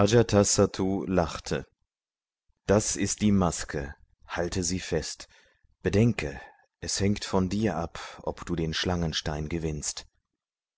lachte das ist die maske halte sie fest bedenke es hängt von dir ab ob du den schlangenstein gewinnst